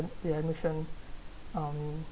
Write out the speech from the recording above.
the admission um